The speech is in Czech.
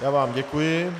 Já vám děkuji.